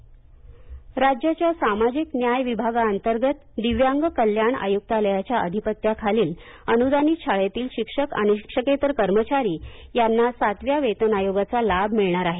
सातवा वेतन आयोग राज्याच्या सामाजिक न्याय विभागा अंतर्गत दिव्यांग कल्याण आयुक्तालयाच्या अधिपत्याखालील अनुदानित शाळेतील शिक्षक आणि शिक्षकेतर कर्मचारी यांना सातव्या वेतन आयोगाचा लाभ मिळणार आहे